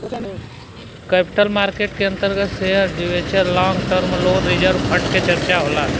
capital market के अंतर्गत share debenture long term loan reserve fund के चर्चा होला